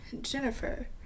Jennifer